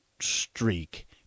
streak